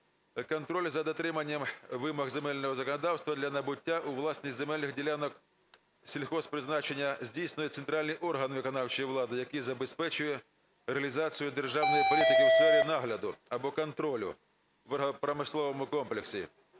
"Контроль за дотриманням вимог земельного законодавства для набуття у власність земельних ділянок сільгосппризначення здійснює центральний орган виконавчої влади, який забезпечує реалізацію державної політики у сфері нагляду або контролю в агропромисловому комплексі".